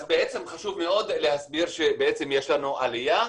אז חשוב מאוד להסביר שיש לנו עלייה.